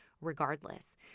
regardless